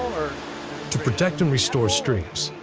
to protect and restore streams,